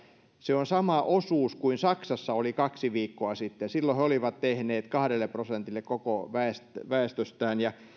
se on sama osuus kuin saksassa oli kaksi viikkoa sitten silloin he olivat tehneet testin kahdelle prosentille koko väestöstään ja